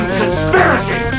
conspiracy